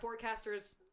forecasters